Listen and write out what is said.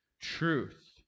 truth